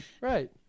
Right